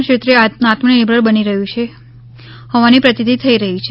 ક્ષેત્રે આત્મનિર્ભર બની રહ્યું હોવાની પ્રતિતિ થઇ રહી છે